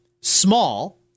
small